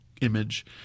image